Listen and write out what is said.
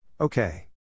Okay